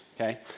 okay